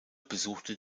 besuchte